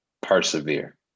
persevere